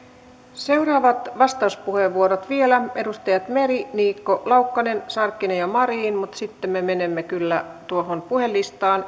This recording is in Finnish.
seuraavat vastauspuheenvuorot vielä edustajat meri niikko laukkanen sarkkinen ja marin mutta sitten me menemme kyllä tuohon puhelistaan